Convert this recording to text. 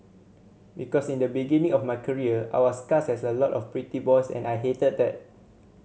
because in the beginning of my career I was cast as a lot of pretty boys and I hated that